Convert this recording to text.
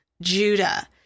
Judah